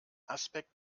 aspekt